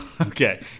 Okay